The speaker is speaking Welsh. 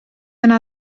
yna